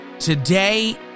Today